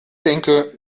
denke